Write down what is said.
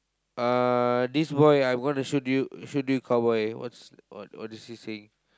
uh this boy I'm going to shoot you shoot you cowboy what's what what is he saying